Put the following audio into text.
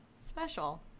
Special